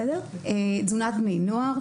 תזונת בני נוער.